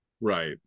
Right